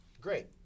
great